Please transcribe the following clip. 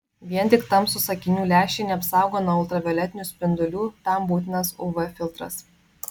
vien tik tamsūs akinių lęšiai neapsaugo nuo ultravioletinių spindulių tam būtinas uv filtras